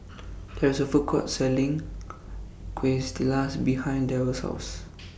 There IS A Food Court Selling Quesadillas behind Darrell's House